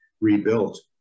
rebuilt